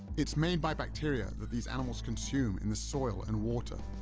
it's made by bacteria that these animals consume in the soil and water.